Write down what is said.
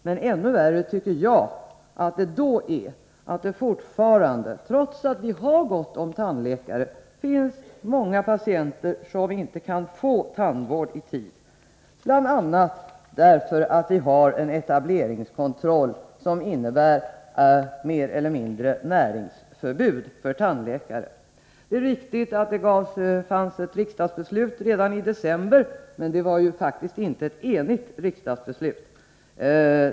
Men ännu värre är att det då fortfarande, trots att vi har gott om tandläkare, finns många patienter som inte kan få tandvård i tid bl.a. därför att vi har etableringskontroll, som mer eller mindre innebär näringsförbud för tandläkare. Det är riktigt att det fattades ett beslut i riksdagen redan i december, men det var faktiskt inte ett enigt riksdagsbeslut.